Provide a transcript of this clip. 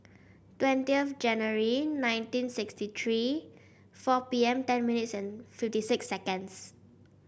twenty January nineteen sixty three four P M ten minutes and fifty six seconds